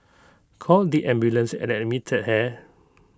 called the ambulance and admitted her